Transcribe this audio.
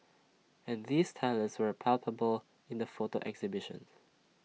and these talents were palpable in the photo exhibitions